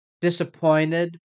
disappointed